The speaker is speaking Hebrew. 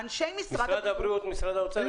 וגם אנשי משרד האוצר.